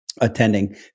attending